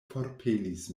forpelis